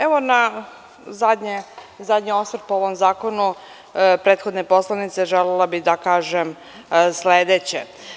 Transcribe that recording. Evo, na zadnji osvrt po ovom zakonu prethodne poslanice, želela bih da kažem sledeće.